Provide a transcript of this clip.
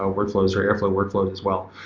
ah workflows, or airflow workflows as well.